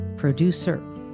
producer